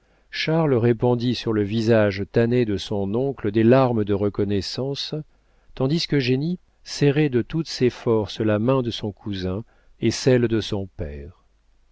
charles répandit sur le visage tanné de son oncle des larmes de reconnaissance tandis qu'eugénie serrait de toutes ses forces la main de son cousin et celle de son père